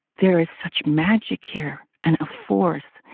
there is such magic here and a force.